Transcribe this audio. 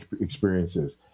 experiences